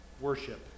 worship